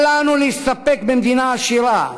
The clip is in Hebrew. אל לנו להסתפק במדינה עשירה,